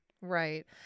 Right